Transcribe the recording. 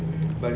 mm